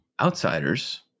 outsiders